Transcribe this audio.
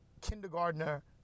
kindergartner